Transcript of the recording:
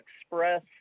Express